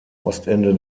ostende